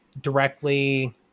directly